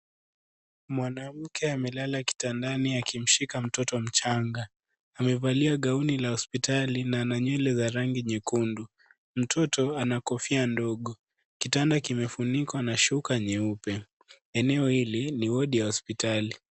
Mwanamke amelala kitandani akimshika mtoto mchanga, amevalia gaoni ya hospitali na ana nywele za rangi nyekundu mtoto ana kofia ndogo kitanda kimefunikwa na shuka nyeupe, eneo hili ni wodi ya hospitali.